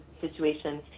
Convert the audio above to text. situation